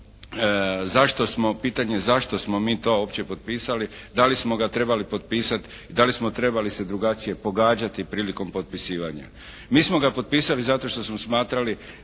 pitanje zašto smo mi to uopće potpisali, da li smo ga trebali potpisati i da li smo trebali se drugačije pogađati prilikom potpisivanja. Mi smo ga potpisali zato što smo smatrali